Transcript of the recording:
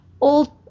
old